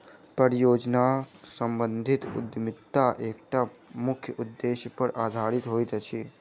परियोजना सम्बंधित उद्यमिता एकटा मुख्य उदेश्य पर आधारित होइत अछि